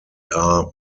are